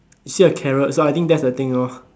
you see a carrot so I think that's the thing lor